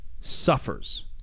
suffers